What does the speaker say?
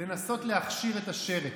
לנסות להכשיר את השרץ.